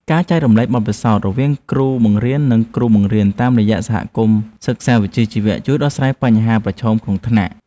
ការចែករំលែកបទពិសោធន៍រវាងគ្រូបង្រៀននិងគ្រូបង្រៀនតាមរយៈសហគមន៍សិក្សាវិជ្ជាជីវៈជួយដោះស្រាយបញ្ហាប្រឈមក្នុងថ្នាក់។